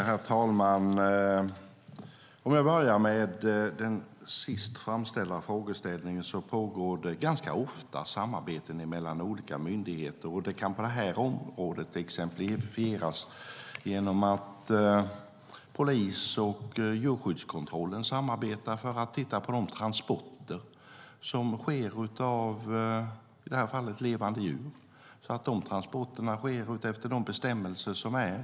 Herr talman! Jag ska börja med den senast framställda frågan. Det pågår ganska ofta samarbeten mellan olika myndigheter, och det kan på det här området exemplifieras med att polis och djurskyddskontrollen samarbetar i fråga om transporter av levande djur för att kontrollera att de transporterna sker efter de bestämmelser som finns.